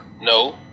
No